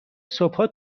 صبحها